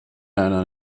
einer